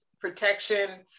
protection